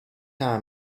are